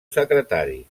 secretari